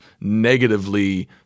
negatively